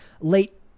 Late